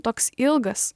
toks ilgas